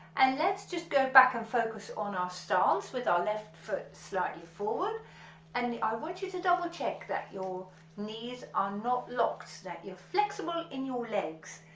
and let's just go back and focus on our stance with our left foot slightly forward and i want you to double check that your knees are not locked that you're flexible in your legs,